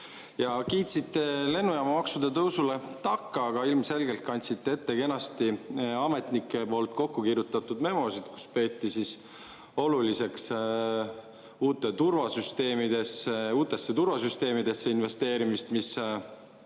Kiitsite lennujaamamaksude tõusule takka, aga ilmselgelt kandsite ette kenasti ametnike poolt kokkukirjutatud memosid, kus peeti oluliseks uutesse turvasüsteemidesse investeerimist, mis